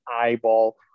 eyeball